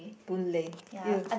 Boon Lay you